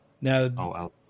Now